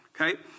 Okay